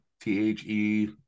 t-h-e